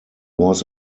was